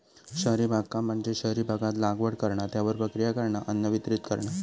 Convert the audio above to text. शहरी बागकाम म्हणजे शहरी भागात लागवड करणा, त्यावर प्रक्रिया करणा, अन्न वितरीत करणा